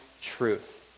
truth